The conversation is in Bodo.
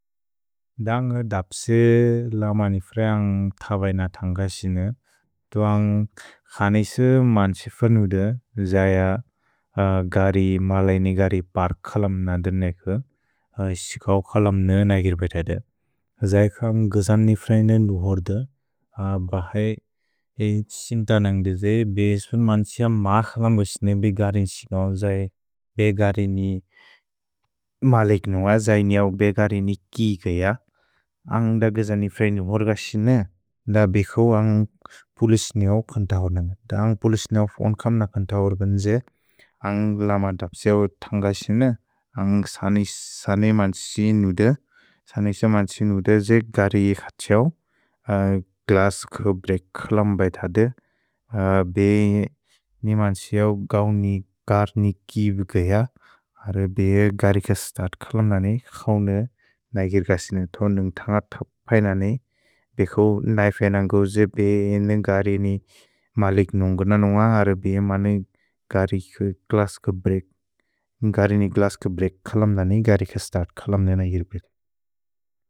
पन्ग् दप्से लमनिफ्रे अ थवै न तन्ग क्सिन, तु अ क्सने इसि मन्क्सिफनु दे जय गरि मलेनि गरि बर्क् खलम् न दुर्नेकु, क्सिकव् खलम् न नगिर्बेत दे। पैकम् गजनिफ्रे इन न्दु होर्द, बहै क्सिन्तनन्ग्दे जे बेसु मन्क्सिअ मख्लमु क्सिने बेगरि क्सिनौ जै बेगरि नि मलेक् नुअ, जै निऔ बेगरि नि किकय, अ द गजनिफ्रे इन होर्द क्सिन, द बेक्सौ अ पुलिस् निऔ कन्त होर्द। पन्ग् दप्से लमनिफ्रे अ थवै न तन्ग क्सिन, तु अ क्सने इसि मन्क्सिफनु दे जय गरि मलेनि गरि बर्क् खलमु क्सिन। भहै क्सिन्तनन्ग्दे जे बेसु मन्क्सिअ मख्लमु क्सिन, द बेक्सौ अ द गजनिफ्रे इन न्दु होर्द, बहै क्सिन्तनन्ग्दे जे बेसु मन्क्सिअ मलेनि गरि बर्क् खलमु क्सिन, द बेक्सौ अ द गजनिफ्रे इन न्दु होर्द। भहै क्सिन्तनन्ग्दे जे बेसु मन्क्सिअ मलेनि गरि बर्क् खलमु क्सिन, द बेक्सौ अ द गजनिफ्रे इन न्दु होर्द, बहै क्सिन्तनन्ग्दे जे बेसु मन्क्सिअ मलेनि गरि बर्क् खलमु क्सिन, द बेक्सौ अ द गजन् गरि नि ग्लस्कु ब्रेक् खलम् दनि, गरि कि स्तर्त् खलम् देन इर् पे।